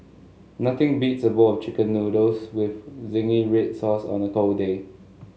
nothing beats a bowl of chicken noodles with zingy red sauce on a cold day